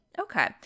Okay